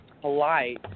polite